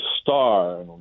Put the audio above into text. star